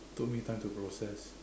took me time to process